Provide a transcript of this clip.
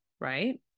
Right